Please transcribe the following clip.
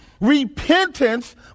repentance